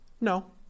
No